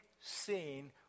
seen